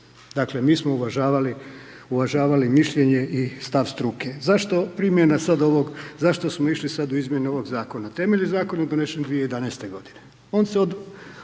dakle, mi smo uvažavali mišljenje i stav struke. Zašto primjena sad ovog, zašto smo išli sad u izmjene ovog Zakona? Temeljni Zakon je donesen 2011.-te godine. On se od